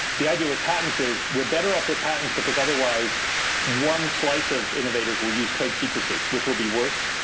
the idea with patents is, we're better off with patents because otherwise one slice of innovators will use trade secrecy which will be worse.